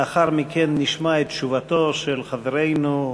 לאחר מכן נשמע את תשובתו של חברנו,